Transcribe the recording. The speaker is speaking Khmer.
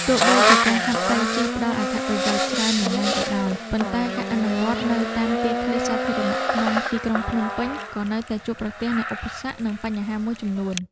ទោះបីជាការហាត់តៃជីផ្ដល់អត្ថប្រយោជន៍ច្រើនយ៉ាងណាក៏ដោយ ប៉ុន្តែការអនុវត្តនៅតាមទីធ្លាសាធារណៈក្នុងទីក្រុងភ្នំពេញ ក៏នៅតែជួបប្រទះនូវឧបសគ្គ និងបញ្ហាមួយចំនួន។